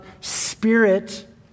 Spirit